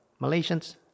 Malaysians